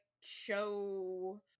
show